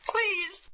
Please